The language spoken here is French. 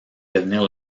devenir